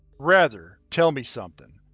rather, tell me something,